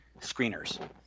screeners